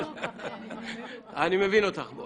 אני מבין אותך.